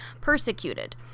persecuted